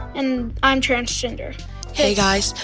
and i'm transgender hey, guys.